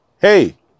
Hey